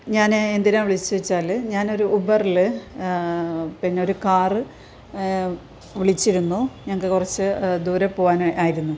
ഞാൻ എന്തിനാണ് വിളിച്ച്ച്ചാൽ ഞാനൊരു ഊബർല് പിന്നോരു കാറ് വിളിച്ചിരുന്നു ഞങ്ങൾക്ക് കുറച്ച് ദൂരെ പോകാൻ ആയിരുന്നു